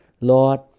Lord